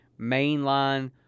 mainline